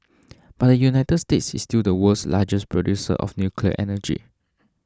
but the United States is still the world's largest producer of nuclear energy